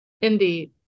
Indeed